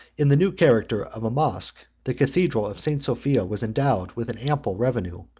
in the new character of a mosque, the cathedral of st. sophia was endowed with an ample revenue,